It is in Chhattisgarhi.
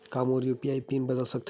का मोर यू.पी.आई पिन बदल सकथे?